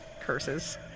Curses